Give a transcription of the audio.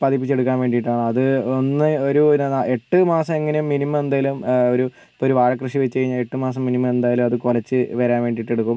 ഉല്പാദിപ്പിച്ചെടുക്കാൻ വേണ്ടിയിട്ടാണ് അത് ഒന്ന് ഒരു നാ എട്ട് മാസം എങ്ങനെയും മിനിമം എന്തെങ്കിലും ഒരു ഇപ്പോൾ ഒരു വാഴക്കൃഷി വെച്ചുകഴിഞ്ഞാൽ എട്ടുമാസം മിനിമം എന്തായാലും അത് കുലച്ച് വരാൻ വേണ്ടിയിട്ടെടുക്കും